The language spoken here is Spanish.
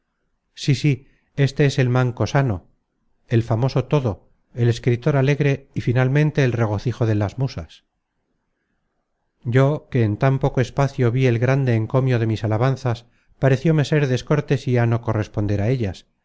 sí sí éste es el manco sano el famoso todo el escritor alegre y finalmente el regocijo de las musas yo que en tan poco espacio vi el grande encomio de mis alabanzas parecióme ser descor content from google book search generated at tesía no corresponder a ellas